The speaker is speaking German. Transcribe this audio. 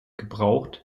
gebraucht